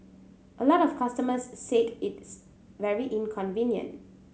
a lot of customers said it's very inconvenient